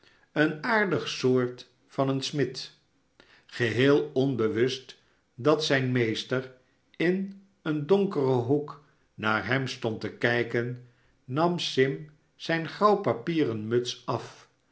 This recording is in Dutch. een aardig soort van een smid geheel onbewust dat zijn meester in een donkeren hoek naar hem stond te kijken nam sim zijn grauwpapieren muts af